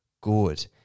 good